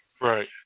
Right